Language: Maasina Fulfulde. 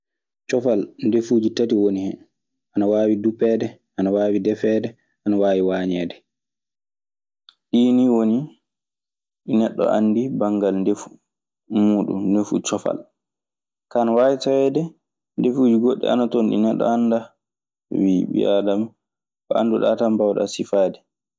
Coffal! ndeffuuji tati woni hen: ana waawi duppeede; ana waawi deffeede; ana waawi wañeede. Ɗii nii woni ɗi neɗɗo anndi banngal ndefu muuɗun, ndefu cofal. Kaa, ana waawi taweede ndefuuji goɗɗi ana ton ɗi neɗɗo anndaa. Sabi ɓii aadama ko anduɗaa tan mbaawɗaa sifaade.